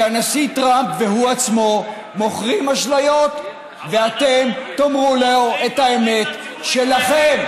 שהנשיא טראמפ והוא עצמו מוכרים אשליות ותאמרו לו את האמת שלכם.